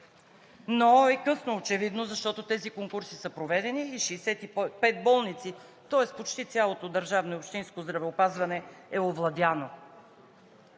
но е късно очевидно, защото тези конкурси са проведени и 65 болници, тоест почти цялото държавно и общинско здравеопазване е овладяно.